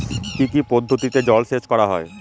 কি কি পদ্ধতিতে জলসেচ করা হয়?